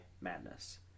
madness